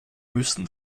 müssen